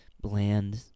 bland